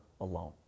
alone